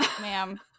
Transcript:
ma'am